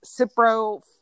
Cipro